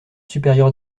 supérieur